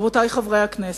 רבותי חברי הכנסת,